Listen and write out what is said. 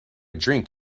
drink